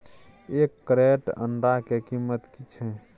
एक क्रेट अंडा के कीमत की छै?